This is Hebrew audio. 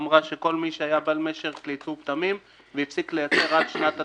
אמרה שכל מי שהיה בעל משק לייצור פטמים והפסיק לייצר עד שנת התכנון.